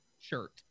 shirt